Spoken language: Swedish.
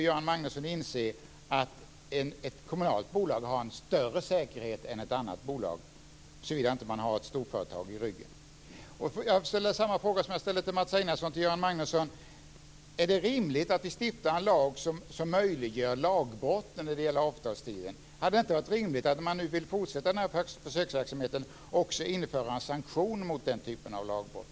Göran Magnusson måste inse att ett kommunalt bolag har större säkerhet än ett annat bolag, såvida det inte finns ett storföretag i ryggen. Jag ställer samma frågor till Göran Magnusson som jag ställde till Mats Einarsson: Är det rimligt att vi stiftar en lag som möjliggör lagbrott i fråga om avtalstiden? Är det inte rimligt att om försöksverksamheten ska fortsätta införa en sanktion mot den typen av lagbrott?